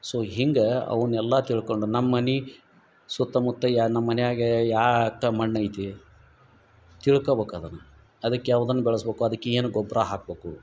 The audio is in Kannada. ಸೊ ಹಿಂಗೆ ಅವನ್ನೆಲ್ಲ ತಿಳ್ಕೊಂಡು ನಮ್ಮ ಮನೆ ಸುತ್ತಮುತ್ತ ಯಾ ನಮ್ಮ ಮನ್ಯಾಗೇ ಯಾ ಅತ್ತ ಮಣ್ಣು ಐತಿ ತಿಳ್ಕಬಕು ಅದನ್ನ ಅದಕ್ಕೆ ಯಾವ್ದನ ಬೆಳಸ್ಬಕು ಅದಕ್ಕೆ ಏನು ಗೊಬ್ಬರ ಹಾಕಬೇಕು